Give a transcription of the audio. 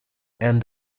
end